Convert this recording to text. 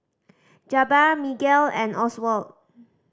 Jabbar Miguel and Oswald